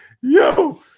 Yo